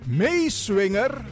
meeswinger